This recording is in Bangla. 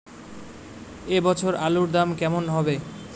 এ বছর আলুর দাম কেমন হবে?